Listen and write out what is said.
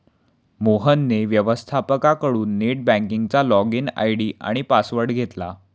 मोहनने व्यवस्थपकाकडून नेट बँकिंगचा लॉगइन आय.डी आणि पासवर्ड घेतला